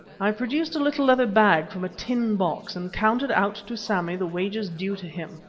i produced a little leather bag from a tin box and counted out to sammy the wages due to him,